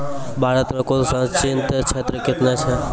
भारत मे कुल संचित क्षेत्र कितने हैं?